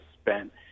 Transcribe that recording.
spent